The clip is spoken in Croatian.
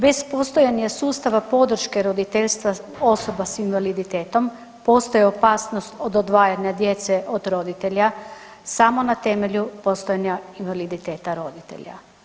Bez postojanja sustava podrške roditeljstva osoba s invaliditetom, postoji opasnost od odvajanja djece od roditelja, samo na temelju postojanja invaliditeta roditelja.